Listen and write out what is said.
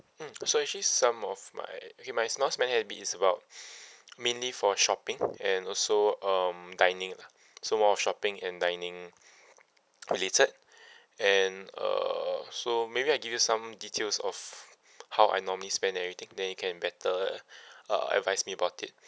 mm so actually some of my okay my small spending habit is about mainly for shopping and also um dining lah so more shopping and dining related and uh so maybe I give you some details of how I normally spend everything then you can better uh advise me about it